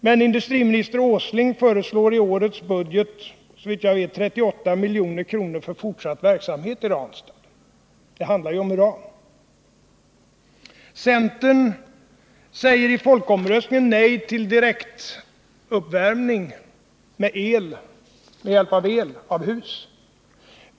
Men industriminister Åsling föreslår i årets budget såvitt jag vet 38 milj.kr. för fortsatt verksamhet i Ranstad— och där handlar det ju om uran. Centern säger i kampanjen inför folkomröstningen nej till direktuppvärmning av hus med hjälp av el.